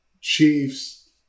Chiefs